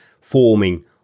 forming